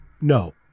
no